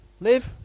Live